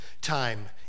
time